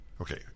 Okay